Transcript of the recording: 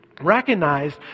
recognized